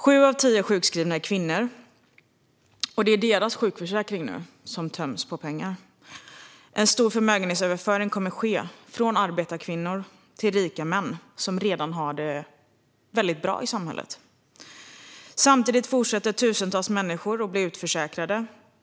Sju av tio sjukskrivna är kvinnor, och det är deras sjukförsäkring som nu töms på pengar. En stor förmögenhetsöverföring kommer att ske, från arbetarkvinnor till rika män som redan har det väldigt bra i samhället. Samtidigt fortsätter tusentals människor att bli utförsäkrade.